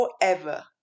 FOREVER